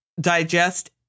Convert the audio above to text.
digest